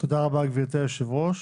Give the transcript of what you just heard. תודה רבה, גברתי יושבת הראש.